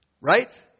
Right